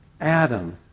Adam